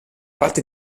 parte